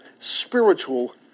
spiritual